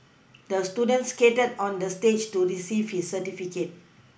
the student skated on the stage to receive his certificate